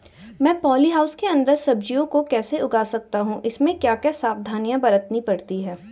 मैं poly house के अन्दर सब्जियों को कैसे उगा सकता हूँ इसमें क्या क्या सावधानियाँ बरतनी पड़ती है?